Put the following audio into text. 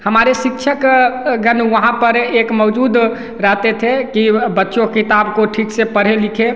हमारे शिक्षक गण वहाँ पर एक मौजूद रहते थे कि बच्चों किताब को ठीक से पढ़ें लिखें